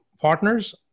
Partners